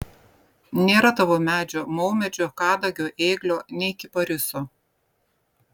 nėra tavo medžio maumedžio kadagio ėglio nei kipariso